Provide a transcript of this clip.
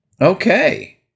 Okay